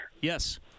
yes